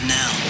now